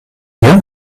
bier